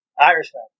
Irishman